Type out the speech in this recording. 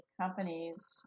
companies